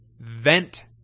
vent